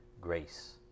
grace